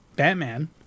Batman